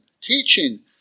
teaching